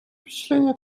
впечатление